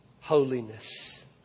holiness